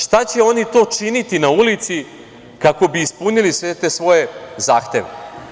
Šta će to oni činiti na ulici kako bi ispunili sve te svoje zahteve?